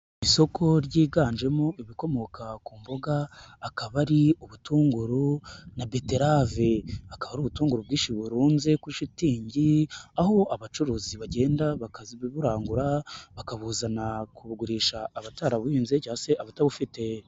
Isoko ryiganjemo ibikomoka ku mboga akaba ari ubutunguru, na beterave akaba ari ubutunguru bwinshi burunze kuri shitingi, aho abacuruzi bagenda bakaburangura bakabuzana kubugurisha abatarabuhinze cyangwa se abatabufite.